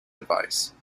advice